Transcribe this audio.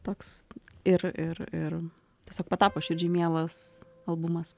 toks ir ir ir tiesiog patapo širdžiai mielas albumas